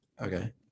okay